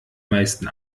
meisten